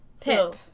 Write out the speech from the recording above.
Pip